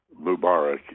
Mubarak